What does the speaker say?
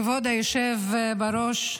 כבוד היושב בראש,